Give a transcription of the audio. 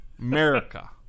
America